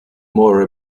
more